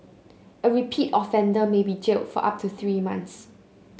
a repeat offender may be jailed for up to three months